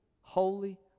holy